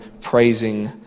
praising